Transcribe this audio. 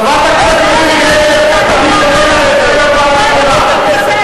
חברת הכנסת מירי רגב, אני קורא אותך לסדר